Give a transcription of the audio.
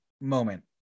moment